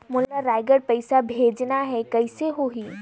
मोला रायगढ़ पइसा भेजना हैं, कइसे होही?